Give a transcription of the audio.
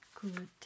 good